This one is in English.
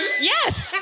Yes